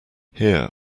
here